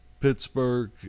Pittsburgh